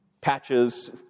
patches